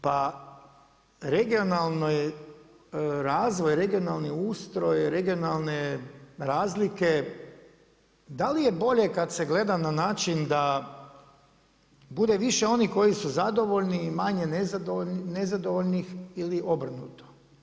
Pa regionalni razvoj, regionalni ustroj, regionalne razlike, da li je bolje kad se gleda na način, da bude više onih koji su zadovoljni, manje nezadovoljnih ili obrnuto?